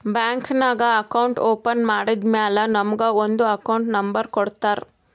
bank ನಾಗ್ account open ಮಾಡದ್ದ್ ಮ್ಯಾಲ ನಮುಗ ಒಂದ್ ಅಕೌಂಟ್ ನಂಬರ್ ಕೊಡ್ತಾರ್